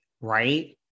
right